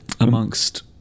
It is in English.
amongst